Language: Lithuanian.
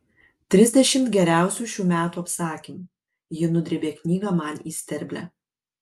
trisdešimt geriausių šių metų apsakymų ji nudrėbė knygą man į sterblę